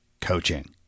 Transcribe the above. coaching